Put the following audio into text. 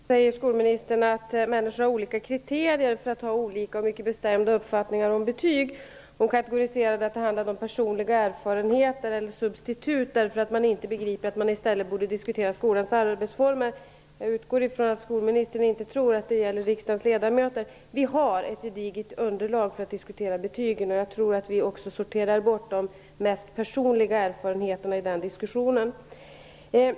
Herr talman! Skolministern säger att människor har olika kriterier för att ha olika och mycket bestämda uppfattningar om betyg. Hon kategoriserar det hela och säger att det handlar om personliga erfarenheter och substitut, därför att man inte begriper att man i stället borde diskutera skolans arbetsformer. Jag utgår från att skolministern inte tror att det gäller riksdagsledamöter. Vi har ett gediget underlag för att diskutera betygen, och jag tror att vi också sorterar bort de mest personliga erfarenheterna i den diskussionen.